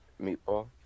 Meatball